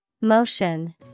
Motion